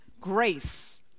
grace